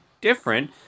different